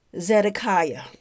Zedekiah